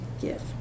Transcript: gift